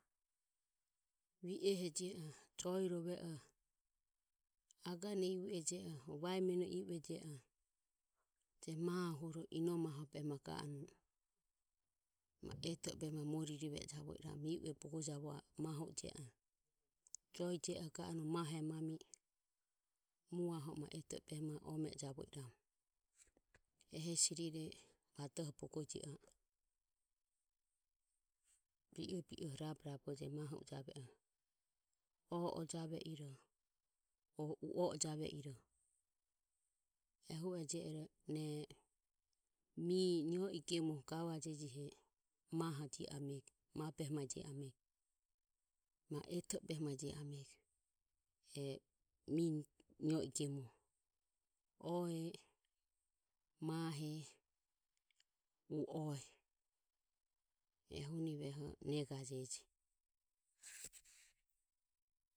Vi e he javueroho, Jo e javueroho. Agane iu je iroho, E mahohuro ma eto e behe muo ririve e javo iramu, Joe je oho mu aho o behe ma eto e behe mae ome ejavo iramu e hesirire ve ehe rabe rabe ja ve iroho, Oe o jave iroho o u o e jave iroho ehu ero mie nio i gemu mahe jio ame ma eto e behe mae jio ame mie nio e gemu mahe ehuni eho negaje.